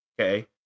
okay